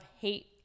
hate